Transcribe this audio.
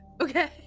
okay